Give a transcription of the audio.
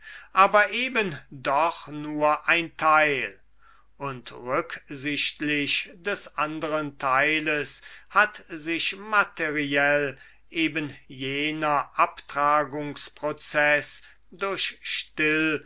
aber eben doch nur ein teil und rücksichtlich des anderen teiles hat sich materiell eben jener abtragungsprozeß durch still